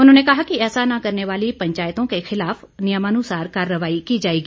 उन्होंने कहा कि ऐसा न करने वाली पंचायतों के खिलाफ नियमानुसार कार्रवाई की जाएगी